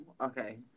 okay